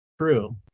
true